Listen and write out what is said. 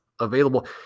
available